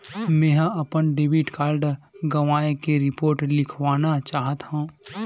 मेंहा अपन debit card गवाए के रिपोर्ट लिखना चाहत हव